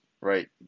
right